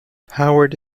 howard